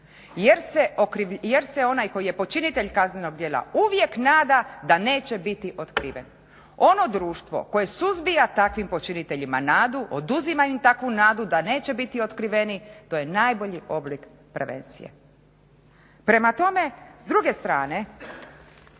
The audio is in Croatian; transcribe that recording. Jer se onaj koji je počinitelj kaznenog djela uvijek nada da neće biti otkriven. Ono društvo koje suzbija takvim počiniteljima nadu, oduzima im takvu nadu da neće biti otkriveni. To je najbolji oblik prevencije. Prema tome, s druge strane